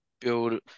build